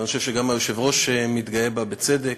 אני חושב שגם היושב-ראש מתגאה בזה, בצדק,